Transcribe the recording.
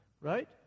Right